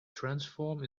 transform